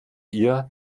ihr